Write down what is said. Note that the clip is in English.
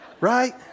right